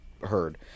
heard